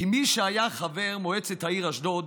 כמי שהיה חבר מועצת העיר אשדוד